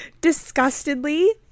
disgustedly